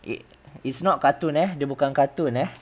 eh is not cartoon eh dia bukan eh